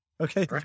Okay